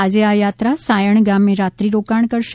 આજે આ યાત્રા સાયણ ગામે રાત્રિરોકાણ કરશે